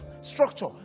structure